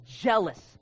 jealous